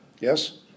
Yes